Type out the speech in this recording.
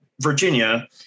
Virginia